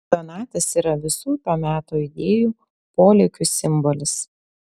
donatas yra visų to meto idėjų polėkių simbolis